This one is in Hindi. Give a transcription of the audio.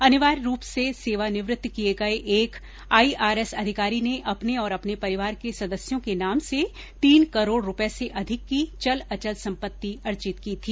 अनिवार्य रूप से सेवा निवृत्त किए गए एक अन्य आईआरएस अधिकारी ने अपने और अपने परिवार के सदस्यों के नाम से तीन करोड़ रूपये से अधिक की चल अचल सम्पत्ति अर्जित की थी